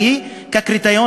לנו,